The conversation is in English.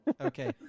Okay